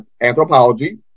Anthropology